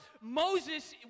Moses